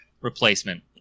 replacement